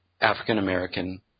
African-American